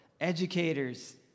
educators